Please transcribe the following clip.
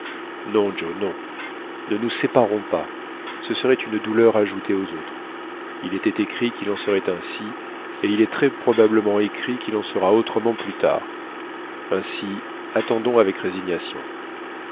non ne nous séparons pas ce serait une douleur ajoutée aux autres il était écrit qu'il en serait ainsi et il est très probablement écrit qu'il en sera autrement plus tard ainsi attendons avec résignation